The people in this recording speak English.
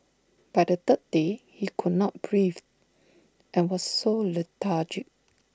by the third day he could not breathe and was so lethargic